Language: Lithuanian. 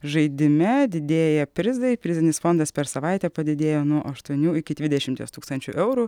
žaidime didėja prizai prizinis fondas per savaitę padidėjo nuo aštuonių iki dvidešimties tūkstančių eurų